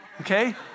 okay